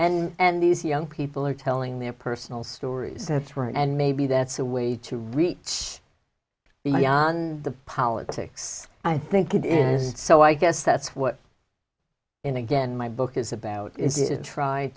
right and these young people are telling their personal stories that's right and maybe that's a way to reach beyond the politics i think it is so i guess that's what and again my book is about is it tr